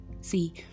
See